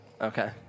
Okay